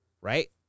Right